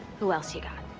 who else you got?